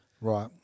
Right